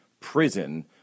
prison